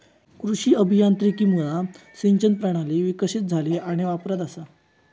कृषी अभियांत्रिकीमुळा सिंचन प्रणाली विकसीत झाली आणि वापरात असा